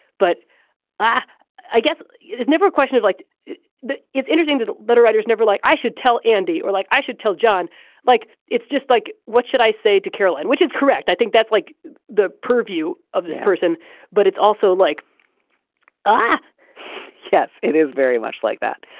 but i i guess it's never a question of like that. it's interesting that letter writers never like i should tell andy or like i should tell john like it's just like what should i say to caroline which is correct i think that's like the purview of this person but it's also like oh yes it is very much like that.